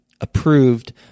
approved